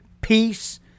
peace